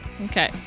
Okay